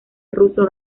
russo